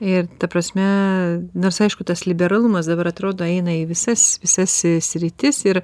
ir ta prasme nors aišku tas liberalumas dabar atrodo eina į visas visas sritis ir